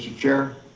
chair,